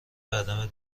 عدم